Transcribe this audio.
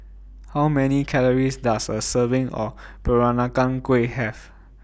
How Many Calories Does A Serving of Peranakan Kueh Have